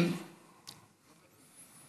אלה דברים שבדרך כלל,